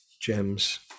gems